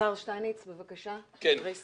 השר שטייניץ, בבקשה, דברי סיכום.